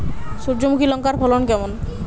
সূর্যমুখী লঙ্কার ফলন কেমন?